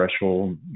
threshold